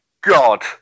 God